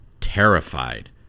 terrified